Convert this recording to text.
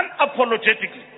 Unapologetically